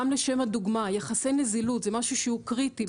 לשם הדוגמה: יחסי נזילות זה משהו שהוא קריטי,